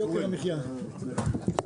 (היו"ר אלון שוסטר, 10:07)